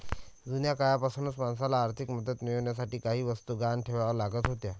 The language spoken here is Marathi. जुन्या काळापासूनच माणसाला आर्थिक मदत मिळवण्यासाठी काही वस्तू गहाण ठेवाव्या लागत होत्या